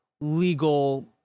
legal